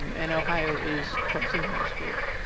and ohio is closing their schools,